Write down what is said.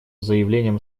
заявлением